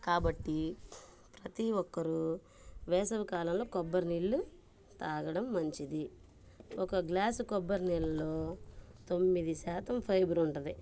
కాబట్టి ప్రతి ఒక్కరూ వేసవికాలంలో కొబ్బరి నీళ్లు తాగడం మంచిది ఒక గ్లాసు కొబ్బరి నీళ్లలో తొమ్మిదిశాతం ఫైబర్ ఉంటుంది